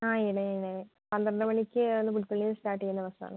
ആ ഇടയിൽ ഇടയിൽ പന്ത്രണ്ടുമണിക്ക് അന്ന് പുൽപ്പള്ളീന്ന് സ്റ്റാർട്ട് ചെയ്യുന്ന ബസ്സാണ്